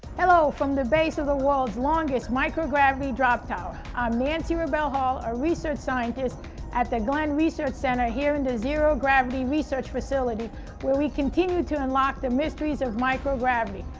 hello, from the base of the world's longest microgravity drop tower. i'm nancy rabel hall, a research scientist at the glenn research center here in the zero gravity research facility where we continue to unlock the mysteries of microgravity.